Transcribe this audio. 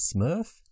Smurf